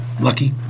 lucky